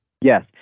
Yes